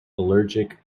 allergic